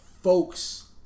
folks